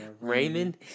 Raymond